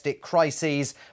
crises